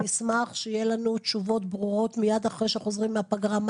אני אשמח שמיד אחרי שחוזרים מהפגרה יהיו